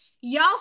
y'all